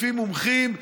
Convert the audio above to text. לפי מומחים,